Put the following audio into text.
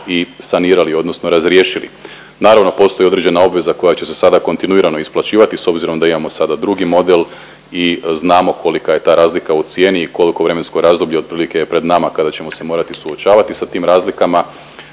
i sanirali, odnosno razriješili. Naravno postoji određena obveza koja će se sada kontinuirano isplaćivati s obzirom da imamo sada drugi model i znamo kolika je ta razlika u cijeni i koliko vremensko razdoblje je otprilike pred nama kada ćemo se morati suočavati sa tim razlikama,